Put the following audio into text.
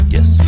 Yes